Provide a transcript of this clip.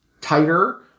tighter